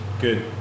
Good